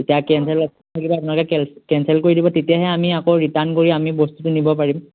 এতিয়া cancel cancel কৰি দিব তেতিয়াহে আমি আকৌ ৰিটাৰ্ণ কৰি আমি বস্তুটো নিব পাৰিম